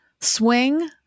swing